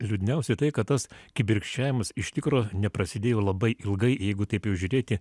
liūdniausia tai kad tas kibirkščiavimas iš tikro neprasidėjo labai ilgai jeigu taip jau žiūrėti